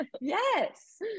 Yes